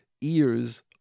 ears